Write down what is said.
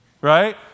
right